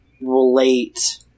relate